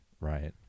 Right